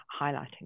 highlighting